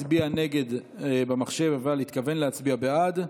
הצביע נגד במחשב אבל התכוון להצביע בעד.